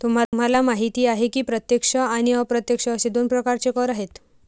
तुम्हाला माहिती आहे की प्रत्यक्ष आणि अप्रत्यक्ष असे दोन प्रकारचे कर आहेत